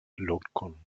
lokon